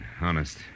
Honest